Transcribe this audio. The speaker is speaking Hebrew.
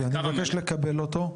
אני אבקש לקבל אותו.